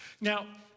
Now